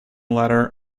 letter